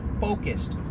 focused